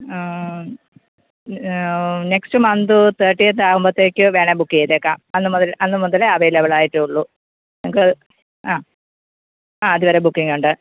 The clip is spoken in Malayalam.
നെക്സ്റ്റ് മന്ത് തേട്ടീയത്ത് ആവുമ്പോഴ്ത്തേക്ക് വേണേൽ ബുക്ക് ചെയ്തേക്കാം അന്ന് മുതല് അന്ന് മുതലെ അവെയ്ലബിള് ആയിട്ടുള്ളൂ നിങ്ങൾക്ക് ആ ആ അത് വരെ ബുക്കിങ്ങ് ഉണ്ട്